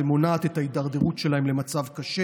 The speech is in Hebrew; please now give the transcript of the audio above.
ומונעת את ההידרדרות שלהם למצב קשה.